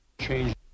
change